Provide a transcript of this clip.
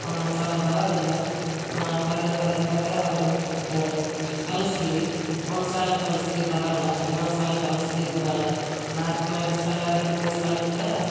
ಒನ್ನೊಂದು ಸಲ ಬರೋದಿಲ್ಲ ಪದೇ ಪದೇ ಪದೇ ಅವರು ಕಲಿಸ್ತೀವಿ ಒಂದು ಸಲ ಕಲಿಸ್ತೀವ್ ಬರೋಲ್ಲಾ ಇನ್ನೊಂದುಸಲ ಕಲಿಸ್ತೀವ್ ಬರೋಲ್ಲಾ ನಾಲ್ಕು ನಾಲ್ಕು ಸಲ ಐದನೇ ಸಲಕ್ಕೆ